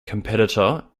competitor